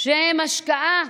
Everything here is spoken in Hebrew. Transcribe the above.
שהן השקעה